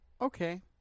okay